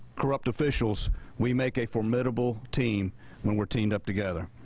corrupt officials we make a formidable team when we are teamed up together.